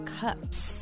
cups